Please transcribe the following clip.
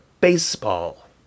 baseball